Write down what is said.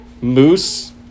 moose